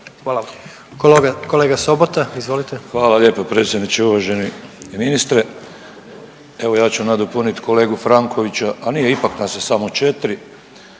izvolite. **Sobota, Darko (HDZ)** Hvala lijepa predsjedniče. Uvaženi ministre. Evo ja ću nadopunit kolegu Frankovića, a nije ipak nas je samo četri,